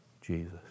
Jesus